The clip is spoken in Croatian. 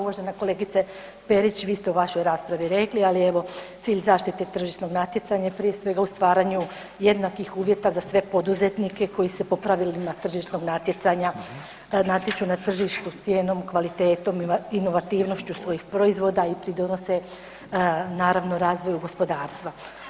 Uvažena kolegice Perić vi ste u vašoj raspravi rekli, ali evo cilj zaštite tržišnog natjecanja je prije svega u stvaranju jednakih uvjeta za sve poduzetnike koji se po pravilima tržišnog natjecanja natječu na tržištu cijenom, kvalitetom, inovativnošću svojih proizvoda i pridonose naravno razvoju gospodarstva.